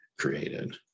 created